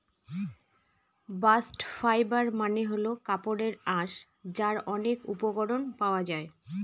bast fibre মানে হল কাপড়ের আঁশ যার অনেক উপকরণ পাওয়া যায়